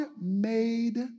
made